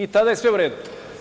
Tada je sve uredu.